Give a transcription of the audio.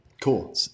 Cool